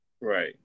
Right